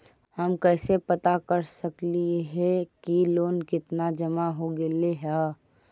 हम कैसे पता कर सक हिय की लोन कितना जमा हो गइले हैं?